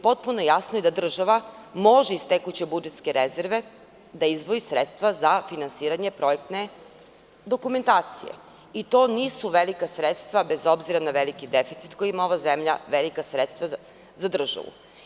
Potpuno mi je jasno i da država može iz tekuće budžetske rezerve da izdvoji sredstva za finansiranje projektne dokumentacije i to nisu velika sredstva, bez obzira na veliki deficit koji ima ova zemlja, velika sredstva za državu.